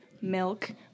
milk